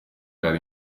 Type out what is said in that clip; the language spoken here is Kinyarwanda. yari